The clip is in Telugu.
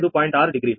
6 డిగ్రీ